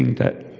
that